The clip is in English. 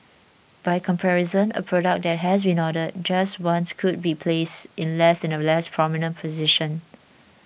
by comparison a product that has been ordered just once would be placed in a less prominent position